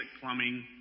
plumbing